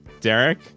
Derek